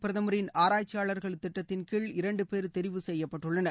பிரதமின் ஆராய்ச்சியாளர்கள் திட்டத்தின் கீழ் இரண்டு பேர் தெரிவு செய்யப்பட்டுள்ளனர்